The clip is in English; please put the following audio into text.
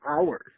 hours